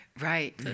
right